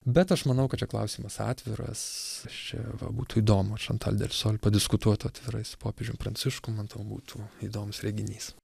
bet aš manau kad čia klausimas atviras aš čia būtų įdomu šantal delsol padiskutuot atvirai su popiežium pranciškum man ten būtų įdomus reginys